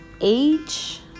age